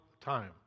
time